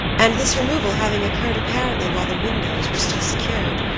and this removal having occurred apparently while the windows were still secured,